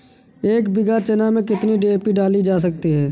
एक बीघा चना में कितनी डी.ए.पी डाली जा सकती है?